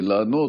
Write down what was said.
לענות.